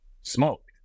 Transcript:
smoked